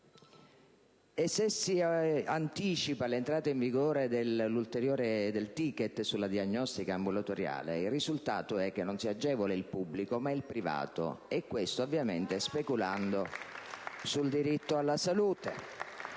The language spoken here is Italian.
E se si anticipa l'entrata in vigore del *ticket* sulla diagnostica ambulatoriale il risultato è che non si agevola il pubblico ma il privato, e questo ovviamente speculando sul diritto alla salute.